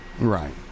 Right